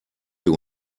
wir